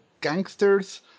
gangsters